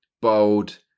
bold